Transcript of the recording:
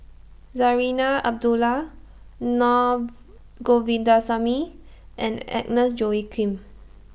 Zarinah Abdullah Na Govindasamy and Agnes Joaquim